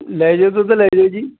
ਲੈ ਜਿਓ ਦੁੱਧ ਲੈ ਜਿਓ ਜੀ